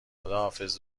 خداحافظ